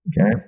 Okay